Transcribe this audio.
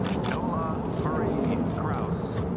enola marie kraus